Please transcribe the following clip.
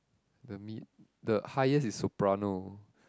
the mid the highest is soprano